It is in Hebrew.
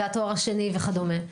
והתואר השני וכדומה.